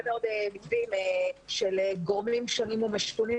מאוד מתווים של גורמים שונים ומשונים,